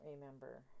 remember